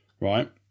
right